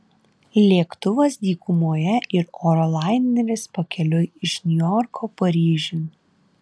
lėktuvas dykumoje ir oro laineris pakeliui iš niujorko paryžiun